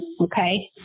Okay